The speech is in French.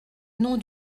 nom